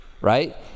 right